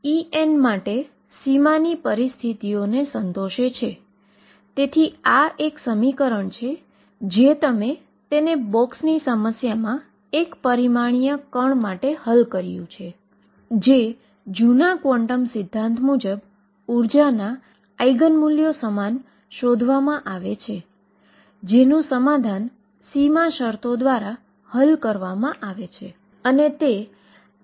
હમણાં હું સ્થિર ψxt પર ધ્યાન કેન્દ્રિત કરીશપરંતુ શ્રોડિંજરે xt બંને સ્થિર તેમજ સમય સ્વતંત્ર માટે શોધ કરી હતી